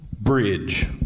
Bridge